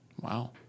Wow